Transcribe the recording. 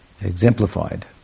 exemplified